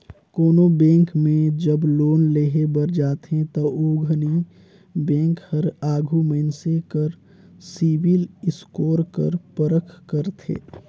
कोनो बेंक में जब लोन लेहे बर जाथे ओ घनी बेंक हर आघु मइनसे कर सिविल स्कोर कर परख करथे